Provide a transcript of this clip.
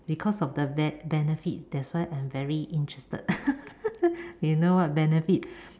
because of the be~ benefit that's why I am very interested you know what benefit